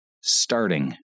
starting